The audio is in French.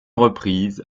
reprise